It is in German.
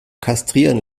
kastrieren